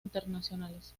internacionales